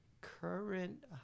current